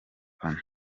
bana